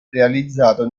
realizzato